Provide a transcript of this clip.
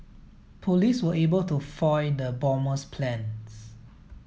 police were able to foil the bomber's plans